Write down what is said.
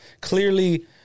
clearly